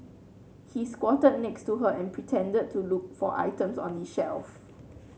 he squatted next to her and pretended to look for items on the shelf